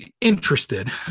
interested